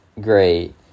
great